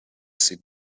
sit